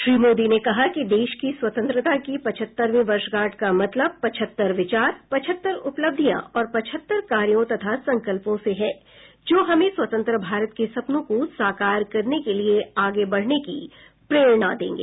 श्री मोदी ने कहा कि देश की स्वतंत्रता की पचहत्तरवीं वर्षगांठ का मतलब पचहत्तर विचार पचहत्तर उपलब्धियां और पचहत्तर कार्यों तथा संकल्पों से है जो हमें स्वतंत्र भारत के सपनों को साकार करने के लिए आगे बढने की प्रेरणा देंगे